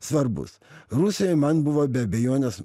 svarbūs rusijoj man buvo be abejonės